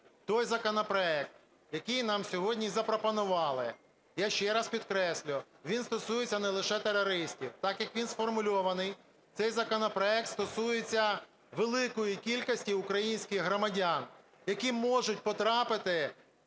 той законопроект, який нам сьогодні запропонували, я ще раз підкреслюю, він стосується не лише терористів. Так, як він сформульований, цей законопроект стосується великої кількості українських громадян, які можуть потрапити